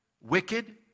wicked